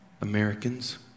Americans